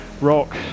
rock